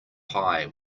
pie